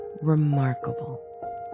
remarkable